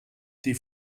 die